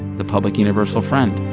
the public universal friend